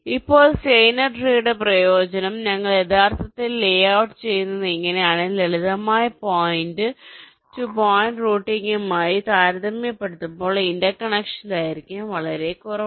ഇപ്പോൾ സ്റ്റെയ്നർ ട്രീയുടെ പ്രയോജനം ഞങ്ങൾ യഥാർത്ഥത്തിൽ ലേഔട്ട്ചെയ്യുന്നത് ഇങ്ങനെയാണ് ലളിതമായ പോയിന്റ് ടു പോയിന്റ് റൂട്ടിംഗുമായി താരതമ്യപ്പെടുത്തുമ്പോൾ ഇന്റർകണക്ഷൻ ദൈർഘ്യം കുറവാണ്